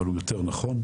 אבל הוא יותר נכון.